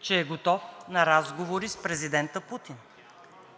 Че е готов на разговори с президента Путин.